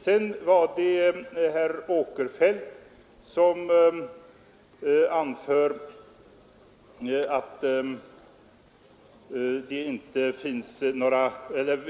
Sedan var det herr Åkerfeldt som undrade